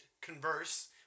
converse